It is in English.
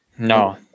No